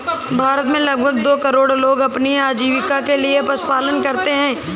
भारत में लगभग दो करोड़ लोग अपनी आजीविका के लिए पशुपालन करते है